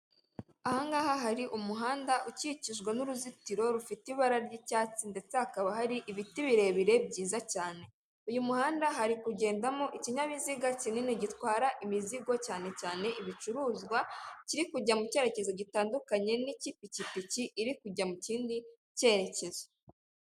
Aha ngaha hari umuhanda ukikijwe n'uruzitiro rufite ibara ry'icyatsi ndetse hakaba hari ibiti birebire byiza cyane. Uyu muhanda hari kugendamo ikinyabiziga kinini gitwara imizigo cyane cyane ibicuruzwa, kiri kujya mu cyerekezo gitandukanye n'icy'ipikipiki iri kujya mu kindi cyerekezo.